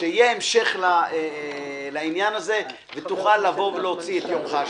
שיהיה המשך לעניין הזה ותוכל להוציא שם את יומך.